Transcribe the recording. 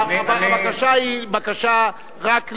הבקשה היא בקשה רק,